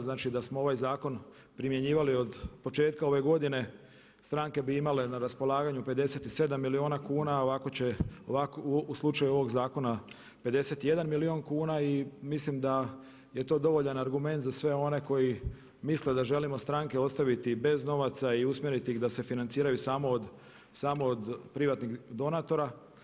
Znači da smo ovaj zakon primjenjivali od početka ove godine stranke bi imale na raspolaganju 57 milijuna kuna a ovako će, u slučaju ovog zakona 51 milijun kuna i mislim da je to dovoljan argument za sve one koji misle da želimo stranke ostaviti bez novaca i usmjeriti ih da se financiraju samo od privatnih donatora.